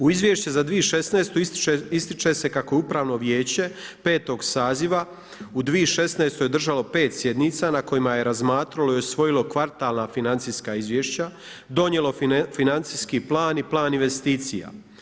U izvješće za 2016. ističe se kako je upravno vijeće petog saziva u 2016. održalo 5 sjednica, na kojima je razmatralo i usvojilo kvartarna financijska izvješća, donijelo financijski plan i plan investicija.